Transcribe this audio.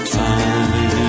time